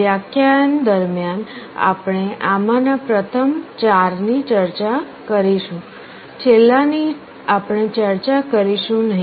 વ્યાખ્યાન દરમ્યાન આપણે આમાંના પ્રથમ ચારની ચર્ચા કરીશું છેલ્લા ની આપણે ચર્ચા કરીશું નહીં